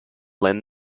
lend